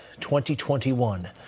2021